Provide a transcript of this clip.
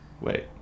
Wait